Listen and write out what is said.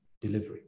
delivery